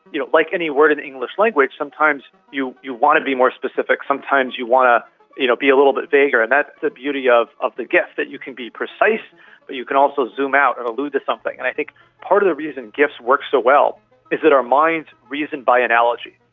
you know like any word in the english language, sometimes you you want to be more specific, sometimes you want to you know be a little bit vaguer, and that's the beauty of of the gif, that you can be precise but you can also zoom out and allude to something. and i think part of the reason gifs work so well is that our minds reason by analogy.